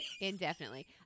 Indefinitely